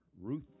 Ruth